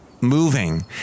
moving